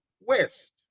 west